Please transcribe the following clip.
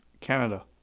Canada